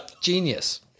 Genius